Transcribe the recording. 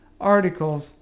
articles